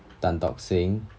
tan tock seng